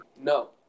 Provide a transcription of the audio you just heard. no